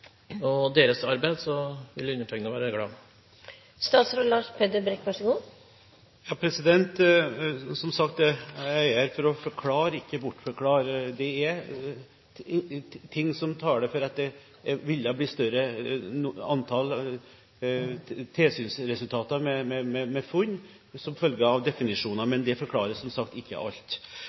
og deres arbeid, vil jeg være glad. Som sagt er jeg her for å forklare og ikke bortforklare. Det er ting som taler for at det ville blitt et større antall tilsynsresultater med funn som følge av definisjoner, men det forklarer som sagt ikke alt.